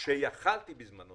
כשיכולתי בזמנו